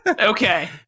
Okay